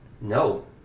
No